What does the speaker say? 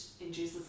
induces